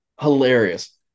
Hilarious